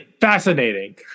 fascinating